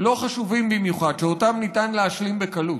לא חשובים במיוחד, שאותם ניתן להשלים בקלות.